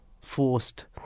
forced